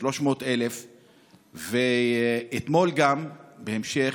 300,000. בהמשך,